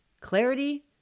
Clarity